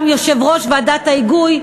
יושב-ראש ועדת ההיגוי,